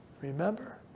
Remember